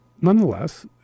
nonetheless